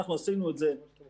אנחנו עשינו את זה בזמנו,